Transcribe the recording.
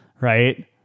right